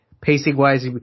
pacing-wise